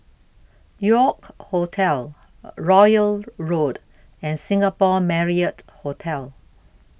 York Hotel Royal Road and Singapore Marriott Hotel